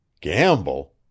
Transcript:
gamble